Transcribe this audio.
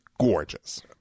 gorgeous